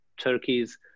Turkey's